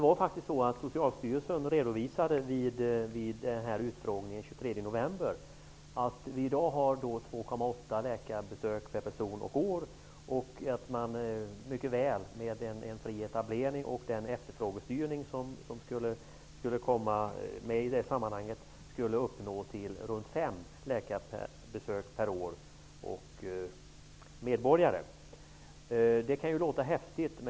Vid utfrågningen den 23 november redovisade Socialstyrelsen att vi i dag gör 2,8 läkarbesök per person och år. Med en fri etablering och den efterfrågestyrning som skulle bli följden, skulle det bli fråga om 5 läkarbesök per person och år. Det kan låta häftigt.